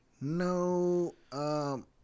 No